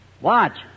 watch